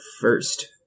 first